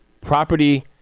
Property